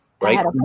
right